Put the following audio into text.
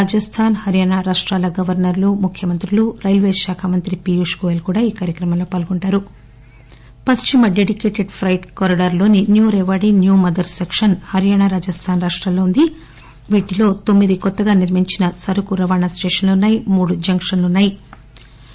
రాజస్థాన్ హర్యానా రాష్ట్రాల గవర్నర్లు ముఖ్యమంత్రులు రైల్వేశాఖ మంత్రి పీయూష్ గోయల్ ఈ కార్యక్రమంలో పాల్గొంటారు పశ్చిమ డెడికేటెడ్ ప్రెట్ కారిడార్ లోని new Rewari new Madar section Haryana Rajasthan రాష్టాల్లో ఉంది వీటిలో తొమ్మిది కొత్తగా నిర్మించిన సరుకు రవాణా స్టేషన్లు ఉన్నాయి మూడు జంక్షన్లు కూడా వాటిలో ఉన్నాయి